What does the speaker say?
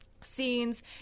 scenes